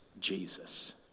Jesus